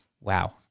Wow